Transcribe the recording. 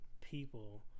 people